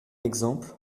exemple